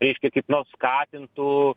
reiškia kaip nors skatintų